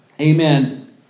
Amen